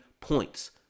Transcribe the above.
points